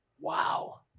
Wow